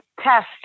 test